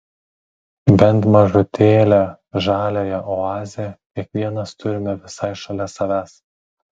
bent mažutėlę žaliąją oazę kiekvienas turime visai šalia savęs